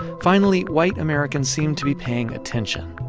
finally, white americans seemed to be paying attention.